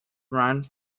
run